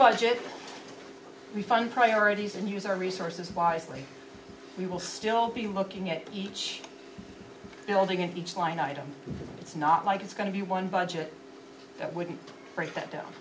budget we fund priorities and use our resources wisely we will still be looking at each building and each line item it's not like it's going to be one budget that wouldn't break that down